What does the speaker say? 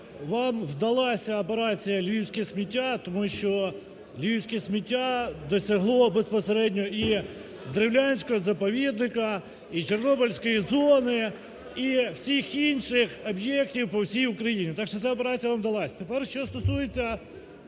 вам вдалася операція "львівське сміття", тому що львівське сміття досягло безпосередньо і Древлянського заповідника, і чорнобильської зони, і всіх інших об'єктів по всій Україні. Так що ця операція вам вдалась.